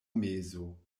mezo